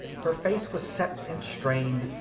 her face was set and strained.